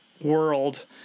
world